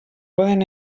poden